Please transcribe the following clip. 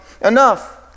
enough